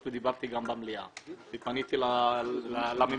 ודיברתי גם במליאה ופניתי לממשלה.